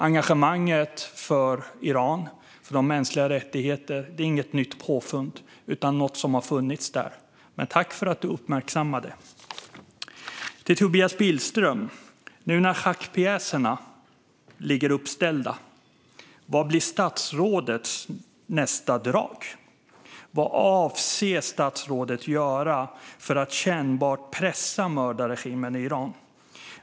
Engagemanget för Iran och för mänskliga rättigheter är inget nytt påfund utan något som har funnits där, men tack för att du uppmärksammade det! Till Tobias Billström: Nu när schackpjäserna är uppställda, vad blir statsrådets nästa drag? Vad avser statsrådet att göra för att kännbart pressa mördarregimen i Iran?